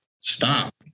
stop